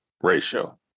ratio